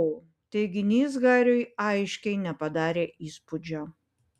o teiginys hariui aiškiai nepadarė įspūdžio